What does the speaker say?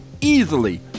easily